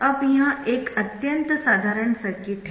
अब यह एक अत्यंत साधारण सर्किट है